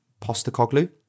Postacoglu